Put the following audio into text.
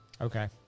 Okay